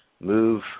move